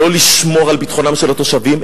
לא לשמור על ביטחונם של התושבים,